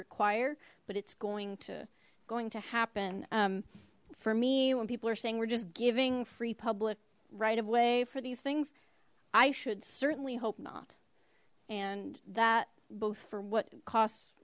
require but it's going to going to happen for me when people are saying we're just giving free public right of way for these things i should certainly hope not and that both for what costs